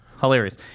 Hilarious